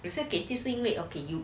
有些人给 tip 是因为 okay you